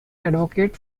advocate